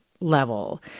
Level